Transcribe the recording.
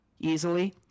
Easily